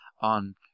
on